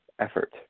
effort